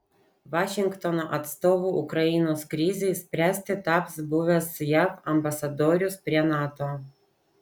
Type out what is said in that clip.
vašingtono atstovu ukrainos krizei spręsti taps buvęs jav ambasadorius prie nato